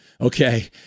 okay